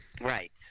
Right